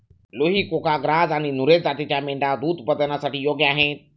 लुही, कुका, ग्राझ आणि नुरेझ जातींच्या मेंढ्या दूध उत्पादनासाठी योग्य आहेत